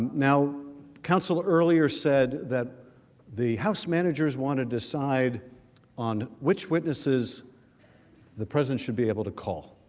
now council earlier said that the house managers wanted decide on which witnesses the present should be able to call,